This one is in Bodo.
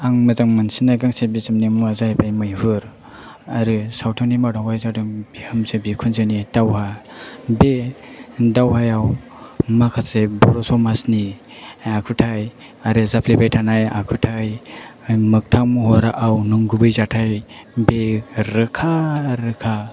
आं मोजां मोनसिननाय गांसे बिजाबनि मुङा जाहैबाय 'मैहुर' आरो सावथुननि मादावहाय जादों 'बिहामजो बिखुनजोनि दावहा' बे दावहायाव माखासे बर' समाजनि आखुथाय आरो जाफ्लेबाय थानाय आखुथाय मोकथां महराव नंगुबै जाथाय बेयो रोखा रोखा